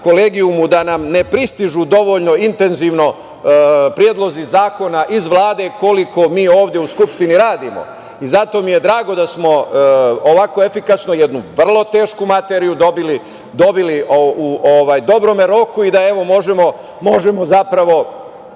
da nam ne pristižu dovoljno intenzivno predlozi zakona iz Vlade koliko mi ovde u Skupštini radimo. Zato mi je drago da smo ovako efikasno jednu vrlo tešku materiju dobili u dobrom roku i da možemo ovih